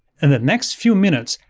and the next few minutes,